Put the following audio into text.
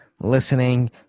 listening